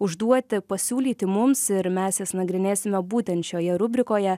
užduoti pasiūlyti mums ir mes jas nagrinėsime būtent šioje rubrikoje